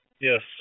Yes